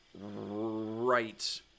right